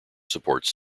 supports